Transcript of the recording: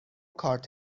کارت